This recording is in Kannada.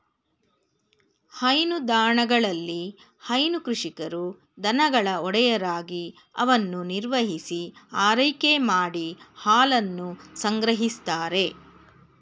ಹೈನುದಾಣಗಳಲ್ಲಿ ಹೈನು ಕೃಷಿಕರು ದನಗಳ ಒಡೆಯರಾಗಿ ಅವನ್ನು ನಿರ್ವಹಿಸಿ ಆರೈಕೆ ಮಾಡಿ ಹಾಲನ್ನು ಸಂಗ್ರಹಿಸ್ತಾರೆ